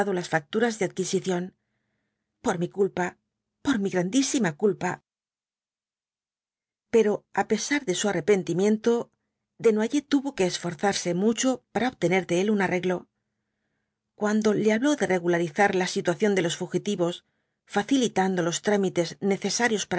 las facturas de adquisición por mi culpa por mi grandísima culpa pero á pesar de su arrepentimiento desnoyers tuvo jue esforzarse mucho para obtener de él un arreglo cuando le habló de regularizar la situación de los fagitivob facilitando los trámites necesarios